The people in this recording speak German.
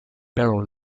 barrow